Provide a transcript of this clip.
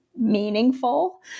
meaningful